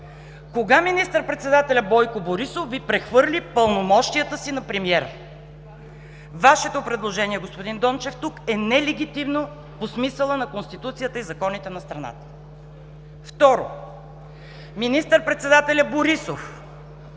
Кога министър-председателят Бойко Борисов Ви прехвърли пълномощията си на премиер? Вашето предложение, господин Дончев, тук е нелегитимно по смисъла на Конституцията и законите на страната. Второ, министър-председателят Борисов